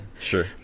sure